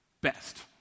best